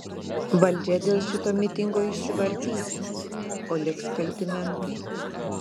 valdžia dėl šito mitingo išsivartys o liks kalti mentai